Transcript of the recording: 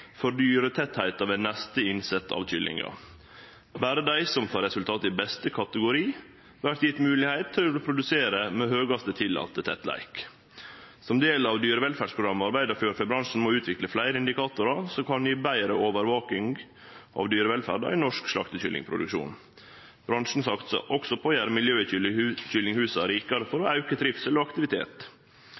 for dyretettleiken ved neste innsett av kyllingar. Berre dei som får resultat i beste kategori, får moglegheit til å produsere med høgast tillatne tettleik. Som del av dyrevelferdsprogrammet arbeider fjørfebransjen med å utvikle fleire indikatorar som kan gje betre overvaking av dyrevelferda i norsk slaktekyllingproduksjon. Bransjen satsar òg på å gjere miljøet i kyllinghusa rikare for å auke trivsel og aktivitet.